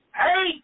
Hey